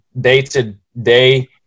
day-to-day